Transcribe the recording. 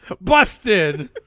Busted